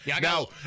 Now